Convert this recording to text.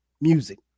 music